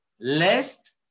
lest